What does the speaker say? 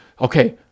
Okay